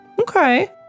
Okay